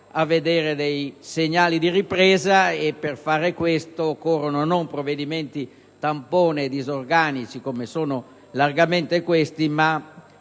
a vedere dei segnali di ripresa. Per fare questo, non occorrono provvedimenti tampone, disorganici, come sono in larga parte questi, ma